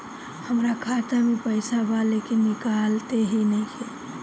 हमार खाता मे पईसा बा लेकिन निकालते ही नईखे?